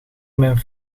mijn